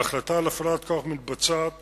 ההחלטה על הפעלת כוח מתבצעת